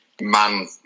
man